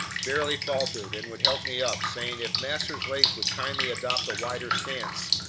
barely faltered and would help me up, saying if master's legs would kindly adopt a wider stance,